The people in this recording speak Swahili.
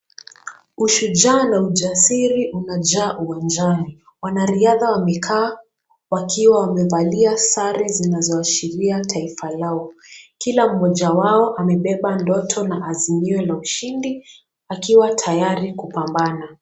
Ushujaa na ujasiri unajaa uwanjani wanariadha wamekaa wakiwa wamevalia sare zinazoashiria taifa lao, kila mmoja wao amebeba ndoto na azimio la ushindi akiwa tayari kupambana.